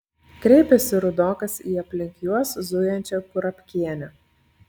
kreipėsi rudokas į aplink juos zujančią kurapkienę